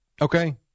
Okay